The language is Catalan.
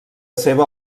seva